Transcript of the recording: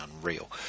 unreal